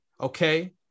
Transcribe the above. Okay